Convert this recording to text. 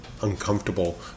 uncomfortable